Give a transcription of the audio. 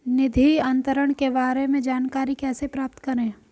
निधि अंतरण के बारे में जानकारी कैसे प्राप्त करें?